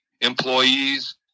employees